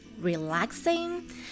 Relaxing